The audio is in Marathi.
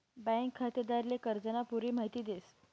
बँक खातेदारले कर्जानी पुरी माहिती देस